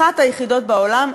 אחת היחידות בעולם,